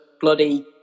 bloody